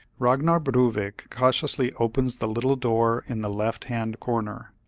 ragnar brovik cautiously opens the little door in the left hand corner.